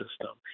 system